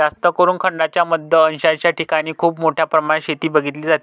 जास्तकरून खंडांच्या मध्य अक्षांशाच्या ठिकाणी खूप मोठ्या प्रमाणात शेती बघितली जाते